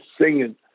singing